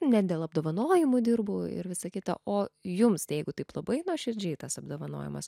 ne dėl apdovanojimų dirbu ir visa kita o jums tai jeigu taip labai nuoširdžiai tas apdovanojimas